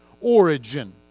origin